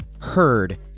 Herd